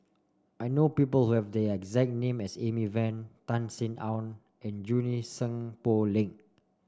I know people who have the exact name as Amy Van Tan Sin Aun and Junie Sng Poh Leng